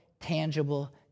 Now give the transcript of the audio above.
tangible